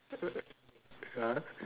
uh ah